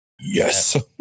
Yes